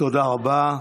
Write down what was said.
תודה רבה.